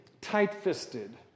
tight-fisted